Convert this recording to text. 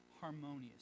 harmonious